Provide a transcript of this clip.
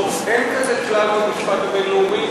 אין כזה כלל במשפט הבין-לאומי.